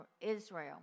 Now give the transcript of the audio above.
Israel